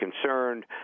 concerned